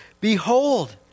Behold